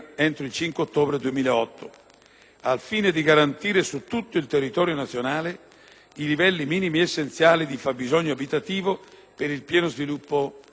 così garantendo su tutto il territorio nazionale i livelli minimi essenziali di fabbisogno abitativo per il pieno sviluppo della persona umana.